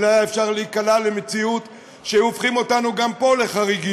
אבל היה אפשר להיקלע למציאות שהיו הופכים אותנו גם פה לחריגים.